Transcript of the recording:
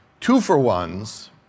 two-for-ones